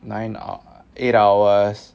nine hou~ eight hours